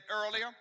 earlier